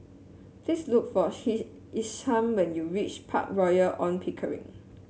please look for Isham when you reach Park Royal On Pickering